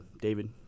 David